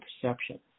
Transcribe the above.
perception